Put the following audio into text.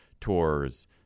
tours